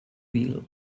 wheel